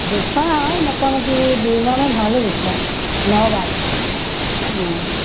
জুখাও মোটামুটি দুইমাহমান হ'ল জুখোৱা অঁ